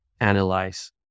analyze